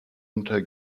unter